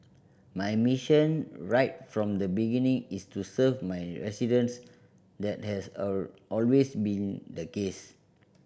my mission right from the beginning is to serve my residents that has all always been the case